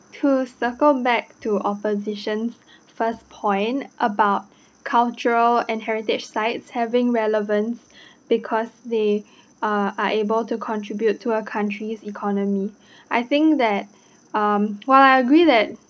to circle back to opposition first point about cultural and heritage sites having relevance because they uh are able to contribute to a country's economy I think that um while I agree that